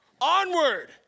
onward